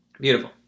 beautiful